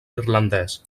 irlandès